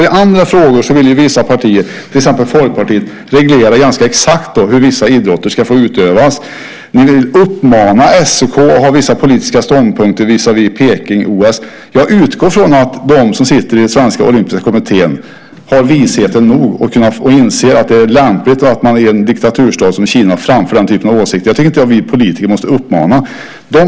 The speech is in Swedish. I andra frågor vill ju vissa partier, till exempel Folkpartiet, reglera ganska exakt hur vissa idrotter ska få utövas. Ni vill också uppmana SOK att ha vissa politiska ståndpunkter visavi Beijing-OS. Jag utgår från att de som sitter i Svenska olympiska kommittén har vishet nog att inse att det är lämpligt att i en diktaturstat som Kina framföra denna typ av åsikter. Jag tycker inte att vi politiker måste uppmana till det.